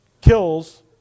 Kills